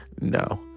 no